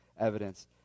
evidence